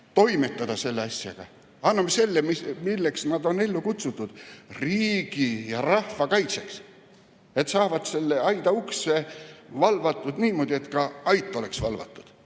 toimetada seda asja. Anname neile selle, milleks nad on ellu kutsutud, riigi ja rahva kaitseks. Nad saavad selle aida ukse valvatud niimoodi, et ka ait oleks valvatud.